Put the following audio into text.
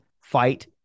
fight